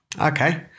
Okay